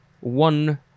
one